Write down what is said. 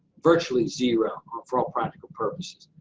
virtually zero for all practical purposes.